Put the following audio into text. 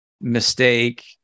mistake